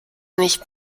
nicht